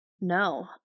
No